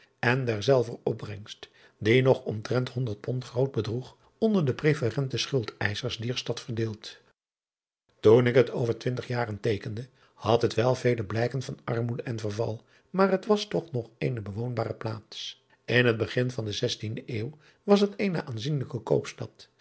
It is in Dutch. en derzelver opbrengst die nog omtrent honderd pond groot bedroeg onder de preferente schuldëischers dier stad verdeeld oen ik het over twintig jaren teekende had het wel vele blijken van armoede en verval maar het was toch nog eene bewoonbare plaats n het begin van de zestiende eeuw was het eene aanzienlijke